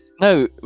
No